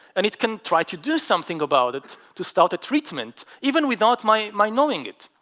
and it can try to do something about it to start a treatment even without my my knowing it